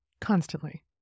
constantly